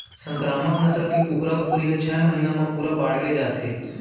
संकरामक नसल के कुकरा कुकरी ह छय महिना म पूरा बाड़गे जाथे